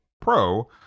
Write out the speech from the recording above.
Pro